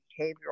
behavioral